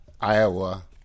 Iowa